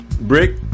brick